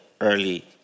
early